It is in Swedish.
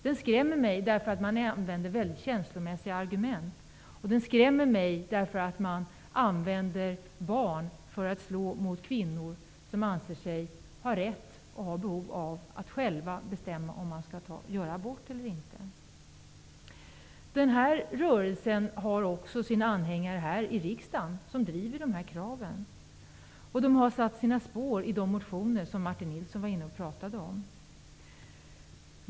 Den skrämmer mig, därför att man använder mycket känslomässiga argument och därför att man använder barn för att slå mot kvinnor som anser sig ha rätt och behov av att själva bestämma om de skall göra abort eller inte. Den här rörelsen har också sina anhängare här i riksdagen som driver dessa krav. Det visar sig i de motioner som Martin Nilsson pratade om.